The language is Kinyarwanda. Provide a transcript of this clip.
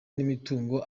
n’imitungo